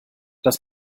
das